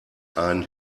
ein